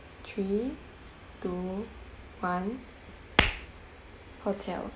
three two one hotel